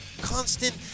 constant